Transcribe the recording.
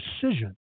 decision